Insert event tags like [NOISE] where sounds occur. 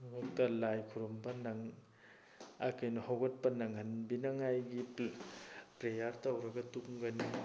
[UNINTELLIGIBLE] ꯂꯥꯏ ꯈꯨꯔꯨꯝꯕ ꯀꯩꯅꯣ ꯍꯧꯒꯠꯄ ꯅꯪꯍꯟꯕꯤꯅꯕꯒꯤ ꯄ꯭ꯔꯦꯌꯥꯔ ꯇꯧꯔꯒ ꯇꯨꯝꯒꯅꯤ